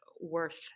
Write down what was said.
worth